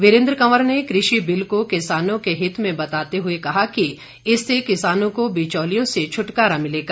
वीरेंद्र कंवर ने कृषि बिल को किसानों के हित में बताते हुए कहा कि इससे किसानों को बिचौलियों से छुटकारा मिलेगा